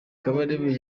kabarebe